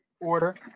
order